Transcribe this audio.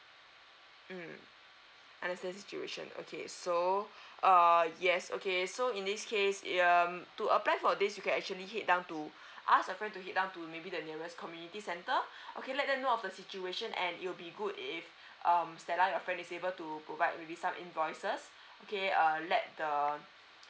mm understand your situation okay so err yes okay so in this case um to apply for this you can actually head down to ask your friend to head down to maybe the nearest community centre okay let them know of the situation and it'll be good if um stella your friend is able to provide maybe some invoices okay uh let the